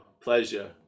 Pleasure